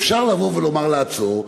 אפשר לבוא ולומר לעצור,